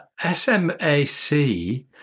SMAC